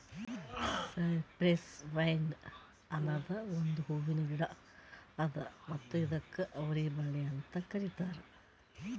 cypress vine ಅನದ್ ಒಂದು ಹೂವಿನ ಗಿಡ ಅದಾ ಮತ್ತ ಇದುಕ್ ಅವರಿ ಬಳ್ಳಿ ಅಂತ್ ಕರಿತಾರ್